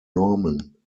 normen